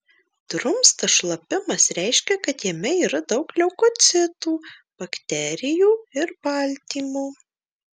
drumstas šlapimas reiškia kad jame yra daug leukocitų bakterijų ir baltymo